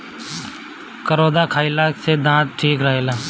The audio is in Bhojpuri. करौदा खईला से दांत ठीक रहेला